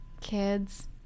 Kids